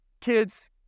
kids